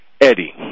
Eddie